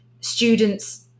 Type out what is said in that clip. students